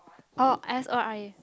uh S O R E